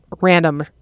random